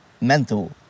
Mental